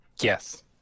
Yes